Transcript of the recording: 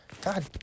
God